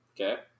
Okay